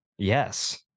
yes